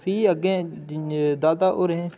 फ्ही अग्गें ज ज दादा होरें